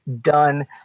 done